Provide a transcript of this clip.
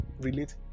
relate